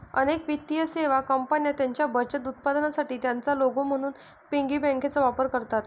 अनेक वित्तीय सेवा कंपन्या त्यांच्या बचत उत्पादनांसाठी त्यांचा लोगो म्हणून पिगी बँकांचा वापर करतात